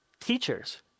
teachers